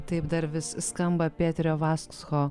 taip dar vis skamba peterio vasksho